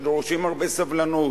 שדורשים הרבה סבלנות,